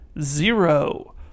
Zero